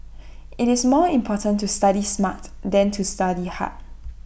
IT is more important to study smart than to study hard